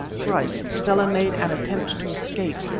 thrice stella made an attempt to escape,